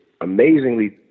amazingly